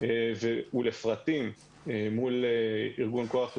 ולפרטים מול ארגון כוח לעובדים,